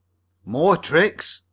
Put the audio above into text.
more tricks!